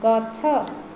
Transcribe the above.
ଗଛ